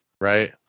Right